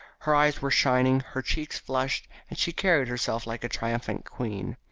her eyes were shining, her cheeks flushed, and she carried herself like a triumphant queen.